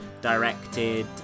directed